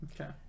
Okay